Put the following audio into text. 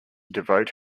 devote